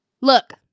Look